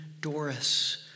Doris